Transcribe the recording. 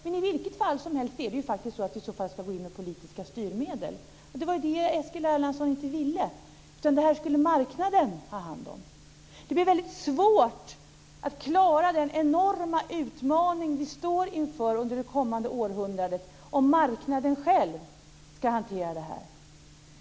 Men i vilket fall som helst är det ju faktiskt så att vi i så fall ska gå in med politiska styrmedel, och det var ju det som Eskil Erlandsson inte ville, utan detta skulle marknaden ha hand om. Det blir väldigt svårt att klara den enorma utmaning som vi står inför under det kommande århundradet om marknaden själv ska hantera det här.